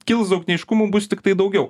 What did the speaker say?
kils daug neaiškumų bus tiktai daugiau